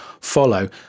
follow